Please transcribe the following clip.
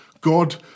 God